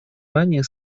ранее